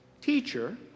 Teacher